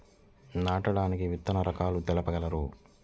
నాటడానికి విత్తన రకాలు తెలుపగలరు?